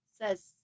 Says